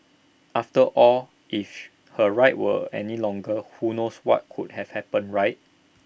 after all if her ride were any longer who knows what could have happened right